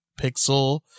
pixel